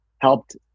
helped